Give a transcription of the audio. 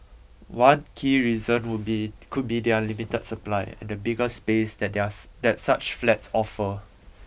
one key reason would be could be their limited supply and the bigger space that their that such flats offer